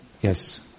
Yes